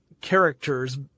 characters